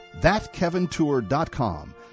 thatkevintour.com